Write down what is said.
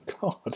God